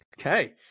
Okay